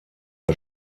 das